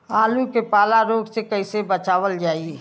आलू के पाला रोग से कईसे बचावल जाई?